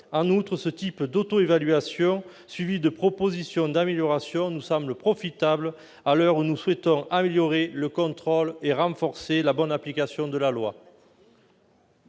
En outre, une telle autoévaluation, si elle est suivie de propositions d'améliorations, nous semble profitable à l'heure où nous souhaitons améliorer le contrôle et renforcer la bonne application de la loi.